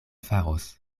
faros